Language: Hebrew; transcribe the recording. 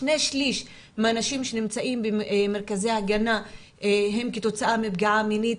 שני שליש מהאנשים שנמצאים במרכזי ההגנה הם כתוצאה מפגיעה מינית.